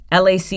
LAC